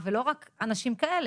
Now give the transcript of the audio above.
אבל אני רוצה רק שתזכרו דבר